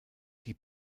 die